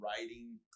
writing